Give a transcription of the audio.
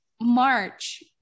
March